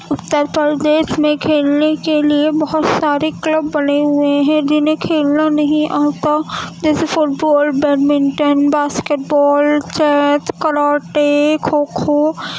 اترپردیش میں کھیلنے کے لیے بہت سارے کلب بنے ہوئے ہیں جنہیں کھیلنا نہیں آتا جیسے football badminton basketball chess karate kho kho